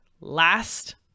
last